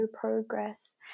progress